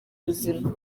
buzima